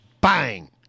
Bang